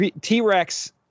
t-rex